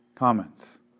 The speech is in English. comments